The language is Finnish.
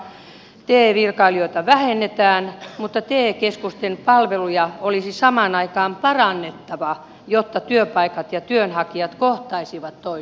työttömyys kasvaa te virkailijoita vähennetään mutta te keskusten palveluja olisi samaan aikaan parannettava jotta työpaikat ja työnhakijat kohtaisivat toisensa